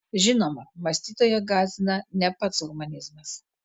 žinoma mąstytoją gąsdina ne pats humanizmas